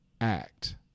act